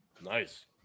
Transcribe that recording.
Nice